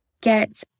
get